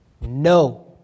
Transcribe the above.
No